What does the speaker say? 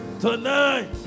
Tonight